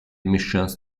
missions